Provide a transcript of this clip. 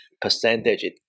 percentage